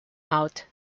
out